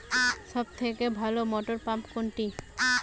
সবথেকে ভালো মটরপাম্প কোনটি?